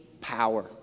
power